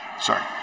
Sorry